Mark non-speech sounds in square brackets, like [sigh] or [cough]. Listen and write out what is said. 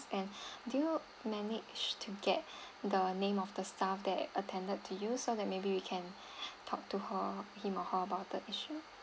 and [breath] do you manage to get [breath] the name of the staff that attended to you so that maybe we can talk to her him or her about the issue